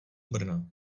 brna